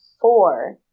four